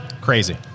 Crazy